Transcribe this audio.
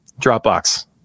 Dropbox